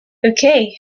okay